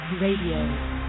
Radio